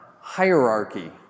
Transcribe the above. hierarchy